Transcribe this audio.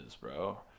bro